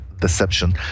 Deception